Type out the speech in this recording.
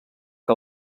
que